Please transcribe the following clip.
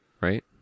right